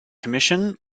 commission